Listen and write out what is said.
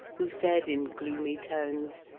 who said in gloomy tones,